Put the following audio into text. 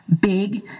big